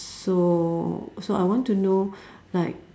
so so I want to know like